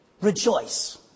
Rejoice